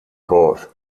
court